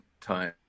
time